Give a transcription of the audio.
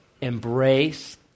embrace